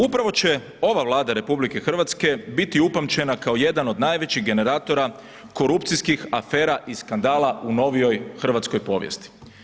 Upravo će ova Vlada RH biti upamćena kao jedan od najvećih generatora korupcijskih afera i skandala u novijoj hrvatskoj povijesti.